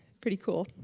pretty cool.